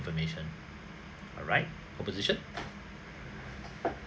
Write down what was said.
information alright opposition